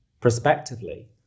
prospectively